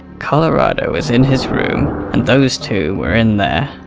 kolorado was in his room, and those two were in there.